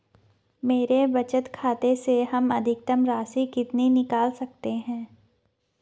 मेरे बचत खाते से हम अधिकतम राशि कितनी निकाल सकते हैं?